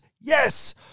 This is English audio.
yes